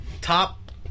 Top